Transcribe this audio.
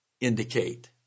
indicate